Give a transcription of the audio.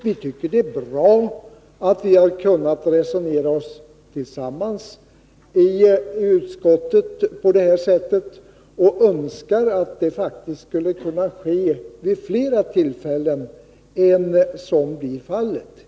Vi tycker att det är bra att vi har kunnat resonera oss samman i utskottet på detta sätt och önskar att det faktiskt kunde ske vid flera tillfällen än som är fallet.